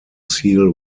seal